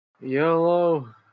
Yellow